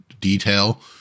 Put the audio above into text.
detail